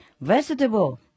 Vegetable